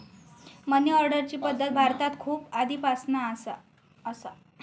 मनी ऑर्डरची पद्धत भारतात खूप आधीपासना असा